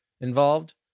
involved